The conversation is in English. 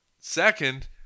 second